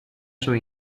sua